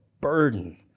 burden